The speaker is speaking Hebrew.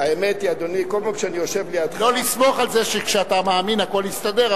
לא לסמוך על זה שכאשר אתה תאמין הכול יסתדר,